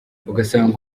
ugasanga